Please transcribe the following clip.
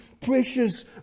precious